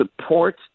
support